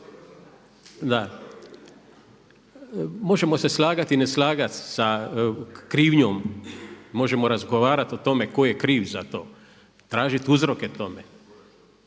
možemo se slagati i ne slagat sa krivnjom, možemo razgovarati o tome tko je kriv za to, tražit uzroke tome